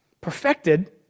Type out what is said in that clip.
Perfected